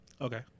Okay